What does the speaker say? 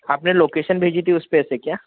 आपने लोकेशन भेजी थी उस पर से क्या